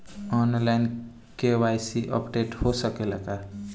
आन line KYC updation हो सकेला का?